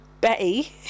Betty